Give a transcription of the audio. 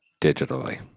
digitally